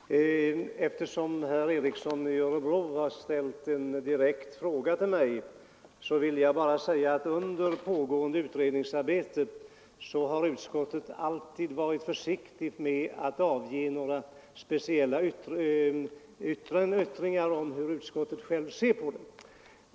Herr talman! Eftersom herr Ericson i Örebro har ställt en direkt fråga till mig, vill jag säga att utskottet under pågående utredningsarbete alltid varit försiktigt med att avge några speciella yttranden om hur utskottet ser på frågan.